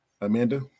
amanda